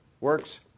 Works